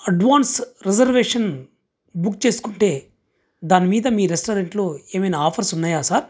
advance reservation book చేసుకుంటే దాని మీద మీ రెస్టారెంట్లో ఏమైనా ఆఫర్స్ ఉన్నాయా సార్